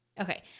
Okay